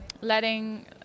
letting